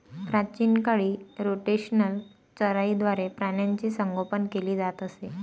प्राचीन काळी रोटेशनल चराईद्वारे प्राण्यांचे संगोपन केले जात असे